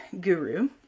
guru